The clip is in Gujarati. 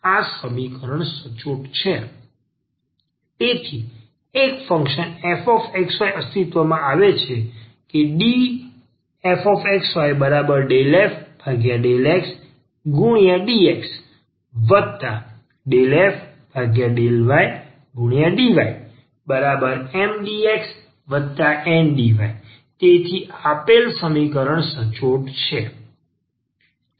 તેથી એક ફંક્શન fxyઅસ્તિત્વમાં છે કે dfxy∂f∂xdx∂f∂ydy MdxNdy તેથી આપેલ સમીકરણ સચોટ છે